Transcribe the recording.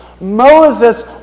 Moses